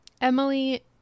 Emily